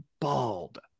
bald